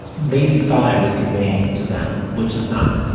maybe thought i was conveying to them, which is not,